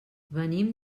venim